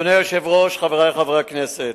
אדוני היושב-ראש, חברי חברי הכנסת,